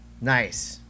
nice